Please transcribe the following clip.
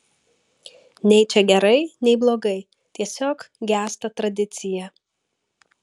nei čia gerai nei blogai tiesiog gęsta tradicija